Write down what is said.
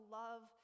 love